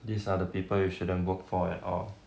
these are the people you shouldn't work for at all